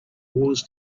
wars